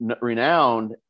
renowned